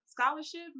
scholarship